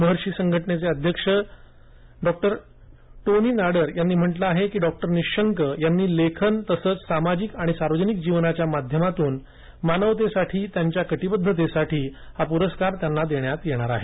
महर्षि संघटनेचे जागतिक अध्यक्ष डॉ टोनी नाडर यांनी म्हटलं आहे की डॉक्टर निशंक यांना लेखन तसंच सामाजिक आणि सार्वजनिक जीवनाच्या माध्यमातून मानवतेसाठी त्यांच्या कटिबद्धतेसाठी हा पुरस्कार त्यांना देण्यात येणार आहे